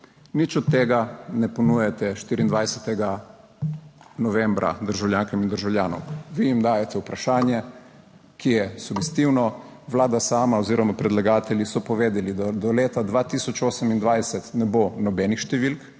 (nadaljevanje) državljankam in državljanom. Vi jim dajete vprašanje, ki je sugestivno. Vlada sama oziroma predlagatelji so povedali, da do leta 2028 ne bo nobenih številk,